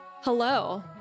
Hello